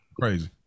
Crazy